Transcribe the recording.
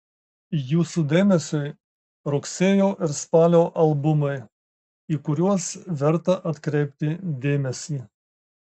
jūsų dėmesiui rugsėjo ir spalio albumai į kuriuos verta atkreipti dėmesį